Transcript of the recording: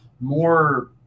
More